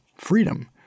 freedom